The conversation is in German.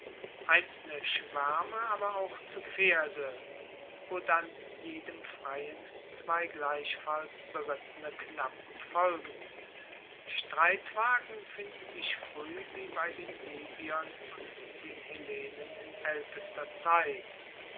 einzelne schwaerme aber auch zu pferde wo dann jedem freien zwei gleichfalls berittene knappen folgen streitwagen finden sich frueh wie bei den libyern und den hellenen in aeltester zeit